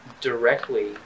directly